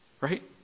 Right